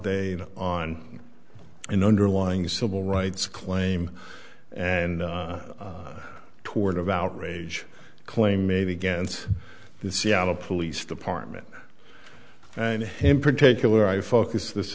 date on an underlying civil rights claim and toward of outrage claim made against the seattle police department and in particular i focus this